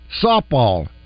softball